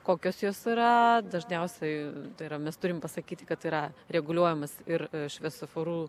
kokios jos yra dažniausiai tai yra mes turim pasakyti kad yra reguliuojamas ir šviesoforu